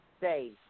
say